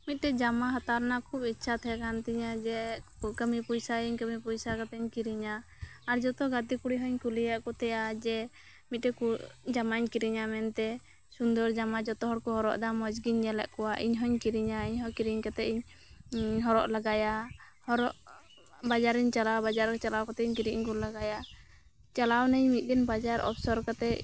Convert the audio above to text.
ᱢᱤᱫᱴᱮᱡ ᱡᱟᱢᱟ ᱦᱟᱛᱟᱣ ᱨᱮᱱᱟᱜ ᱠᱷᱩᱵ ᱤᱪᱷᱟ ᱛᱟᱦᱮᱸ ᱠᱟᱱᱛᱤᱧᱟᱹ ᱡᱮ ᱠᱟᱹᱢᱤ ᱯᱚᱭᱥᱟᱭᱟᱹᱧ ᱠᱟᱹᱢᱤ ᱯᱚᱭᱥᱟ ᱠᱟᱛᱮᱫ ᱤᱧ ᱠᱤᱨᱤᱧᱟ ᱟᱨ ᱡᱚᱛᱚ ᱜᱟᱛᱮ ᱠᱩᱲᱤ ᱦᱚᱧ ᱠᱩᱞᱤᱭᱮᱫ ᱠᱩ ᱛᱟᱦᱮᱸᱫᱼᱟ ᱡᱮ ᱢᱤᱫᱴᱮᱱ ᱡᱟᱢᱟᱧ ᱠᱤᱨᱤᱧᱟ ᱢᱮᱱᱛᱮ ᱥᱩᱱᱫᱚᱨ ᱡᱟᱢᱟ ᱡᱚᱛᱚᱦᱚᱲᱠᱩ ᱦᱚᱨᱚᱜ ᱫᱟ ᱢᱚᱡᱽᱜᱤ ᱧᱮᱞᱮᱫ ᱠᱚᱣᱟ ᱤᱧ ᱦᱚᱧ ᱠᱤᱨᱤᱧᱟ ᱤᱧᱦᱚᱸ ᱠᱤᱨᱤᱧ ᱠᱟᱛᱮᱫ ᱤᱧ ᱦᱚᱨᱚᱜ ᱞᱟᱜᱟᱭᱟ ᱦᱚᱨᱚᱜ ᱵᱟᱡᱟᱨ ᱤᱧ ᱪᱟᱞᱟᱜᱼᱟ ᱵᱟᱡᱟᱨ ᱪᱟᱞᱟᱣ ᱠᱟᱛᱮᱫ ᱠᱟᱹᱴᱤᱡ ᱤᱧ ᱜᱩᱞ ᱞᱟᱜᱟᱭᱟ ᱪᱟᱞᱟᱣ ᱱᱟᱹᱧ ᱢᱤᱫ ᱫᱤᱱ ᱵᱟᱡᱟᱨ ᱚᱯᱥᱚᱨ ᱠᱟᱛᱮᱫ